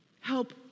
Help